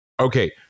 Okay